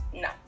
No